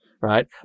right